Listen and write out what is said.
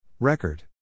Record